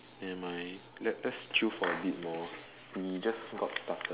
nevermind let let's chill for a bit more we just got started